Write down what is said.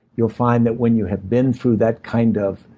you'll find that when you have been through that kind of